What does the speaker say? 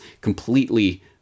completely